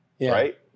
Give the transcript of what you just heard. right